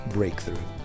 Breakthrough